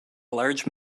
large